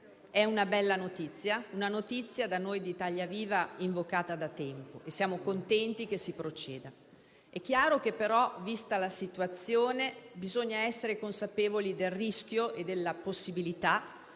È una bella notizia, una notizia da noi di Italia Viva invocata da tempo. Siamo contenti che si proceda, ma è chiaro che, vista la situazione, bisogna essere consapevoli del rischio e della possibilità